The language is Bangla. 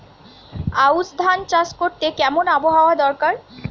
আউশ ধান চাষ করতে কেমন আবহাওয়া দরকার?